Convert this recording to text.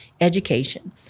education